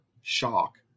shock